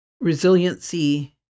resiliency